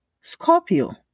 Scorpio